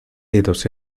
dedos